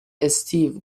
استیو